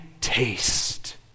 taste